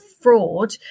fraud